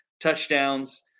touchdowns